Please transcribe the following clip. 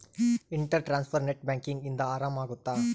inter transfer net banking ಇಂದ ಆರಾಮ ಅಗುತ್ತ